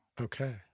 Okay